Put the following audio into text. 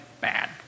bad